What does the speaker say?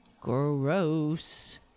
Gross